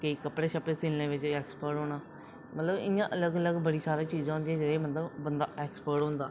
केईं कपड़े सीने बिच एक्सपर्ट होना इं'या मतलब केईं अलग अलग चीज़ां होंदियां जेह्ड़ियां मतलब बंदा एक्सपर्ट होंदा